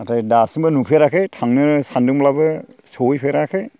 नाथाय दासिमबो नुफेराखै थांनो सानदोंब्लाबो सहैफेराखै